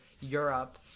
Europe